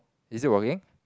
is it working